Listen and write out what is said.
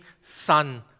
Son